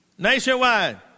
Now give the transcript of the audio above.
Nationwide